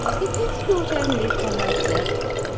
it is not only for herself,